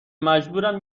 مجبورم